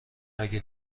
اگه